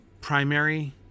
primary